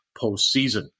postseason